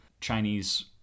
Chinese